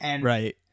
Right